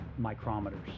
micrometers